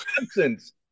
absence